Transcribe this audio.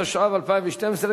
התשע"ב 2012,